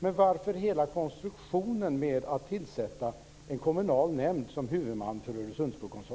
Men varför ska man ha hela konstruktionen med en kommunal nämnd som huvudman för Øresundsbro